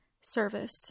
service